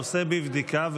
הנושא בבדיקה,